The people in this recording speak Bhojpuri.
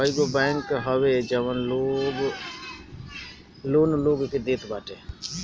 कईगो बैंक हवे जवन लोन लोग के देत बाटे